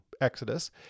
Exodus